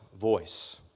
voice